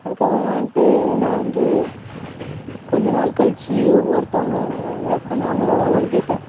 அதுக்கப்புறமா வந்துட்டு என்னை வந்து கொஞ்சம் நாள் கழித்து ஒருத்தவங்களை லவ் பண்ணே அவங்களோட ஓடி போய்ட்டேன்